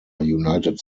united